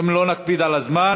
אם לא נקפיד על הזמן,